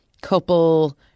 couple